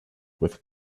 with